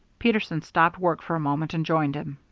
peterson stopped work for a moment, and joined him.